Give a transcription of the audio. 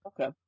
Okay